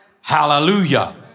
Hallelujah